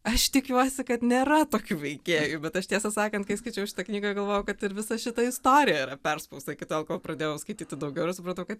aš tikiuosi kad nėra tokių veikėjų bet aš tiesą sakant kai skaičiau šitą knygą galvojau kad ir visa šita istorija yra perspausta iki tol kol pradėjau skaityti daugiau ir supratau kad